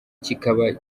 kikaba